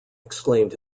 exclaimed